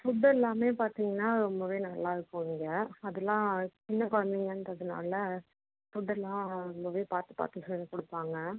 food எல்லாமே பார்த்தீங்கன்னா ரொம்பவே நல்லாருக்கும் இங்கே அதுலாம் சின்ன குழந்தைங்கன்றதுனால ஃபுட்டெல்லாம் ரொம்பவே பார்த்து பார்த்து செஞ்சு கொடுப்பாங்க